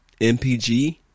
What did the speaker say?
MPG